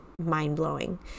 mind-blowing